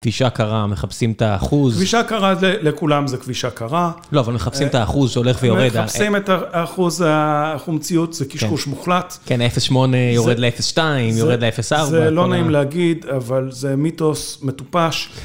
כבישה קרה, מחפשים את האחוז. כבישה קרה, לכולם זה כבישה קרה. לא, אבל מחפשים את האחוז שהולך ויורד. מחפשים את האחוז החומציות, זה קישקוש מוחלט. כן, 0.8 יורד ל-0.2, יורד ל-0.4. זה לא נעים להגיד, אבל זה מיתוס מטופש.